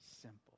simple